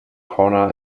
corner